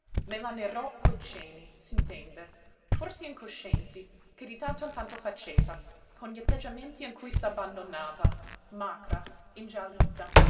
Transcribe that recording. la narrò coi cenni s'intende forse incoscienti che di tanto in tanto faceva con gli atteggiamenti in cui s'abbandonava macra ingiallita